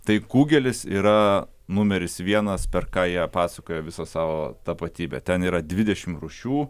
tai kugelis yra numeris vienas per ką jie pasakojo visą savo tapatybę ten yra dvidešimt rūšių